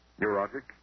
Neurotic